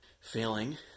failing